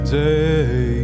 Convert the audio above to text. day